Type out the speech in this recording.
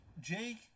Jake